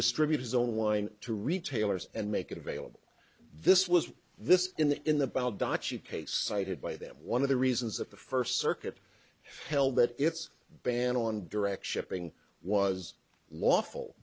distribute his own wine to retailers and make it available this was this in the in the bow dacha case cited by them one of the reasons that the first circuit held that its ban on direct shipping was lawful